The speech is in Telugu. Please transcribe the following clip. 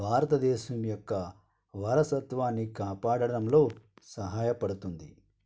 భారతదేశం యొక్క వారసత్వాన్ని కాపాడడంలో సహాయపడుతుంది